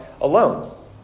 alone